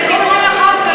לתיקון לחוק.